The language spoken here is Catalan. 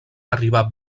arribà